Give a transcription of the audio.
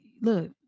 look